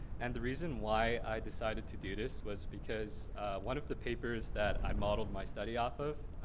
and the reason why i decided to do this was because one of the papers that i modeled by study off of,